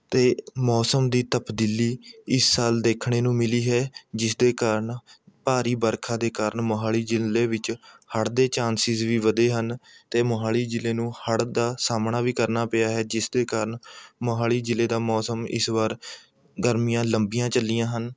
ਅਤੇ ਮੌਸਮ ਦੀ ਤਬਦੀਲੀ ਇਸ ਸਾਲ ਦੇਖਣ ਨੂੰ ਮਿਲੀ ਹੈ ਜਿਸਦੇ ਕਾਰਨ ਭਾਰੀ ਵਰਖਾ ਦੇ ਕਾਰਨ ਮੋਹਾਲੀ ਜ਼ਿਲ੍ਹੇ ਵਿੱਚ ਹੜ੍ਹ ਦੇ ਚਾਂਸਿਸ ਵੀ ਵਧੇ ਹਨ ਅਤੇ ਮੋਹਾਲੀ ਜ਼ਿਲ੍ਹੇ ਨੂੰ ਹੜ੍ਹ ਦਾ ਸਾਹਮਣਾ ਵੀ ਕਰਨਾ ਪਿਆ ਹੈ ਜਿਸ ਦੇ ਕਾਰਨ ਮੋਹਾਲੀ ਜ਼ਿਲ੍ਹੇ ਦਾ ਮੌਸਮ ਇਸ ਵਾਰ ਗਰਮੀਆਂ ਲੰਬੀਆਂ ਚੱਲੀਆਂ ਹਨ